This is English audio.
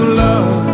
love